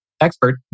expert